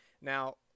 Now